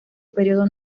período